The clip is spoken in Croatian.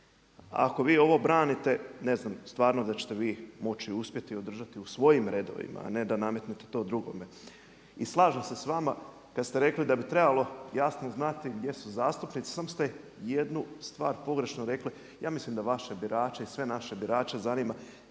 Ako vi ovo branite ne znam stvarno da ćete vi moći uspjeti održati u svojim redovima, a ne da nametnete to drugome. I slažem se s vama kad ste rekli da bi trebalo jasno znati gdje su zastupnici. Samo ste jednu stvar pogrešno rekli. Ja mislim da vaše birače i sve naše birače zanima